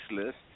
list